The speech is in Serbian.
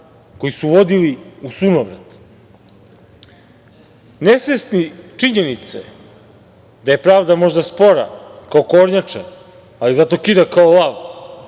koji su vodili u sunovrat. Nesvesni činjenice da je pravda možda spora ko kornjača, ali zato kida kao lav